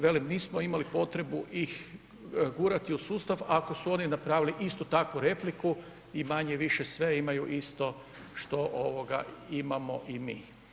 Velim, nismo imali potrebu ih gurati u sustav ako su oni napravili isto tako repliku i manje-više imaju sve isto što imamo i mi.